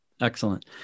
Excellent